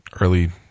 early